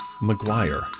Maguire